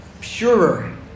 purer